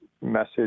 message